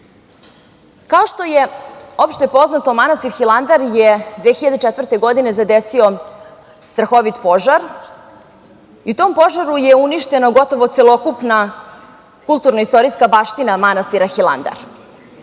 što je opšte poznato, manastir Hilandar je 2004. godine zadesio strahovit požar, i u tom požaru je uništena gotovo celokupna kulturno-istorijska baština manastira Hilandar.